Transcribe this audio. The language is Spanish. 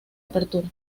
apertura